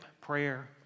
prayer